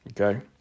Okay